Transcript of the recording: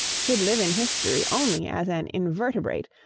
should live in history only as an invertebrate,